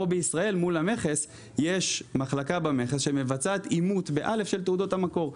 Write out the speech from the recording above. פה בישראל מול המכס יש מחלקה במכס שמבצעת אימות של תעודות המקור.